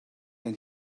and